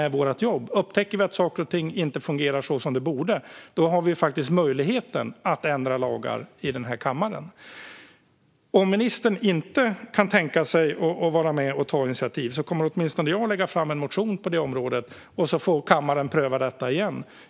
Om vi upptäcker att något inte fungerar så som det borde har vi möjlighet att här i kammaren ändra lagar. Om ministern inte kan tänka sig att vara med och ta ett sådant initiativ kommer åtminstone jag att lägga fram en motion på området. Sedan får kammaren pröva detta igen.